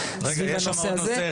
זה בנושא הזה,